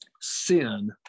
sin